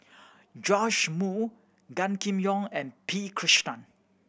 Joash Moo Gan Kim Yong and P Krishnan